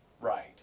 right